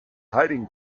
hiding